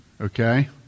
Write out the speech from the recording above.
Okay